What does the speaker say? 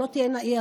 שלא תהיה אי-הבנה.